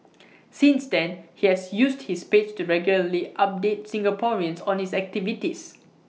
since then he has used his page to regularly update Singaporeans on his activities